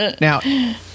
Now